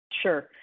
Sure